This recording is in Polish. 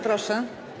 Proszę.